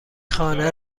خانه